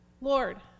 Lord